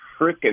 freaking